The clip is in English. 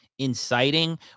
Inciting